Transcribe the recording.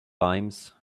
limes